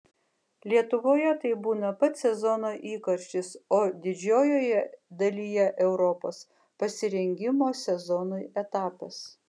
lietuvoje tai būna pats sezono įkarštis o didžiojoje dalyje europos pasirengimo sezonui etapas